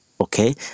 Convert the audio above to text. Okay